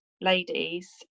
ladies